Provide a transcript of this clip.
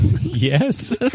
Yes